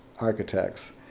architects